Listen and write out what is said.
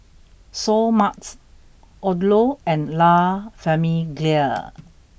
Seoul Mart Odlo and La Famiglia